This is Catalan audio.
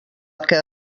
que